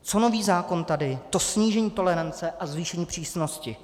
Co nový zákon tady, to snížení tolerance a zvýšení přísnosti.